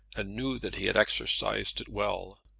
and knew that he had exercised it well.